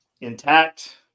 intact